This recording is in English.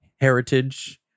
heritage